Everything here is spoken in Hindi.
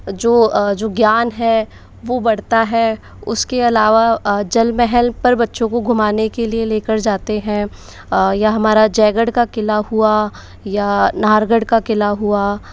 जो ज्ञान है वो बढ़ता है उसके अलावा जल महल पर बच्चों को घुमाने के लिए लेकर जाते हैं या हमारा जयगढ़ का किला हुआ या नहरगढ़ का किला हुआ